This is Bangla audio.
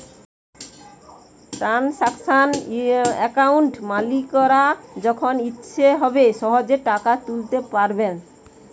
ট্রানসাকশান অ্যাকাউন্টে মালিকরা যখন ইচ্ছে হবে সহেজে টাকা তুলতে পাইরবে